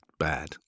bad